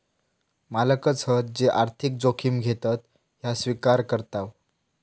मालकच हत जे आर्थिक जोखिम घेतत ह्या स्विकार करताव